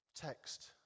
text